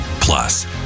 Plus